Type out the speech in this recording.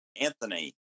Anthony